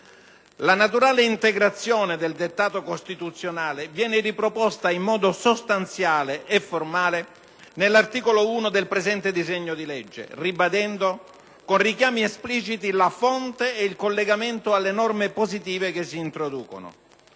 La naturale integrazione del dettato costituzionale viene riproposta in modo sostanziale e formale nell'articolo 1 del presente disegno di legge, ribadendo con richiami espliciti la fonte e il collegamento alle norme positive che si introducono.